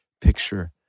picture